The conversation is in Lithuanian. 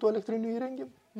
tų elektrinių įrengimui